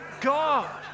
God